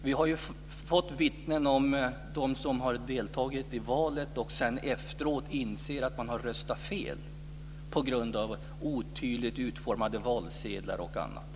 Vi har hört talas om människor som har deltagit i valet och sedan efteråt har insett att de har röstat fel på grund av otydligt utformade valsedlar och annat.